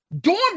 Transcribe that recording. dorm